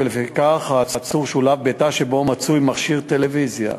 ולפיכך שולב העצור בתא שבו מצוי מכשיר טלוויזיה.